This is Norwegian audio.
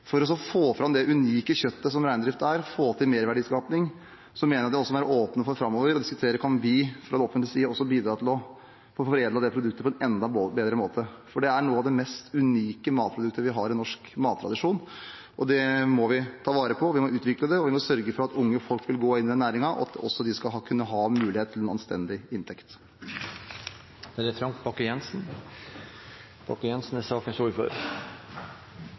få fram det unike kjøttet som reindriften gir, få til merverdiskaping, mener jeg at vi framover også må være åpne for å diskutere: Kan vi fra det offentliges side også bidra til å få foredlet det produktet på en enda bedre måte? For det er et av de mest unike matproduktene vi har i norsk mattradisjon. Det må vi ta vare på, vi må utvikle det, vi må sørge for at unge folk vil gå inn i den næringen, og at også de skal kunne ha muligheten til en anstendig inntekt. Jeg skal ikke forlenge debatten mye. Men det er et viktig poeng i saken at det er